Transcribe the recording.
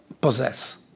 possess